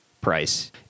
price